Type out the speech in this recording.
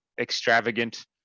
extravagant